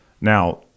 Now